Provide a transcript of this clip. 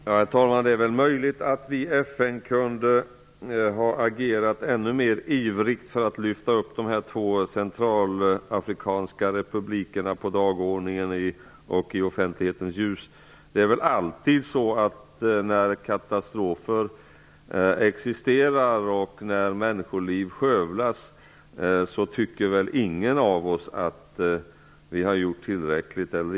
Herr talman! Det är möjligt att vi kunde ha agerat ännu ivrigare i FN för att lyfta upp de här två centralafrikanska republikerna på dagordningen och i offentlighetens ljus. När katastrofer är ett faktum och när människoliv skövlas tycker väl ingen av oss att vi har gjort tillräckligt.